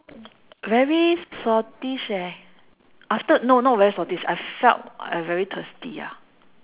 very saltish eh after no not very saltish I felt very thirsty ya